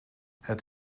het